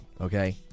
Okay